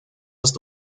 ist